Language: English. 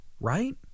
right